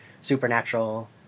supernatural